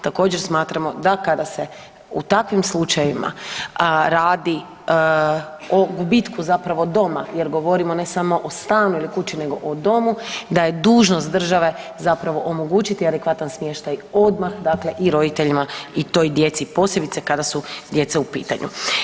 Također smatramo da kada se u takvim slučajevima radi o gubitku zapravo doma jer govorimo ne samo o stanu ili kući nego o domu, da je dužnost države omogućiti adekvatan smještaj odmah i roditeljima i toj djeci, posebice kada su djeca u pitanju.